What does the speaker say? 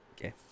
Okay